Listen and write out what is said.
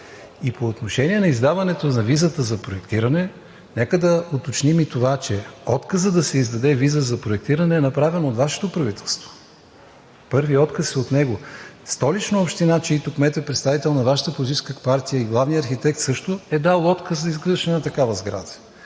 И по отношение на издаването на визата за проектиране, нека уточним и това, че отказът да се издаде виза за проектиране е направен от Вашето правителство. Първият отказ е от него. Столична община, чийто кмет е представител на Вашата политическа партия, и главният архитект – също, е дал отказ за изграждане на такава сграда.